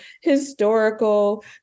historical